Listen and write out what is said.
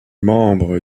membres